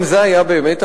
אם זה היה המצב,